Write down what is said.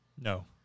No